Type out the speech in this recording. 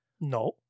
No